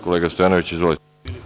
Kolega Stojanoviću, izvolite.